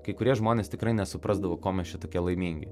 kai kurie žmonės tikrai nesuprasdavo ko mes čia tokie laimingi